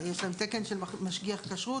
יש להם תקן של משגיח כשרות,